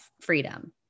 freedom